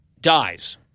dies